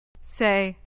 Say